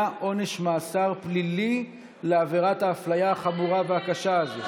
עונש מאסר פלילי על עברת האפליה החמורה והקשה הזאת.